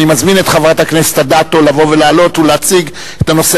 אני מזמין את חברת הכנסת רחל אדטו לבוא ולעלות ולהציג את הנושא